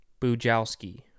Bujalski